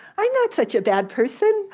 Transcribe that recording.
i'm not such a bad person.